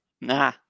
nah